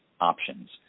options